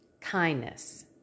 kindness